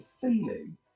feeling